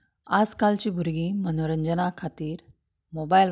आज कालचीं भुरगीं मनोरंजना खातीर मोबायल वापरतात